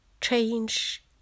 change